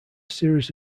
series